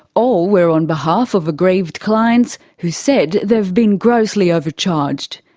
all were on behalf of aggrieved clients who said they've been grossly overcharged.